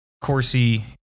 Corsi